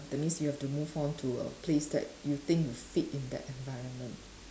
that means you have to move on to a place that you think you fit in that environment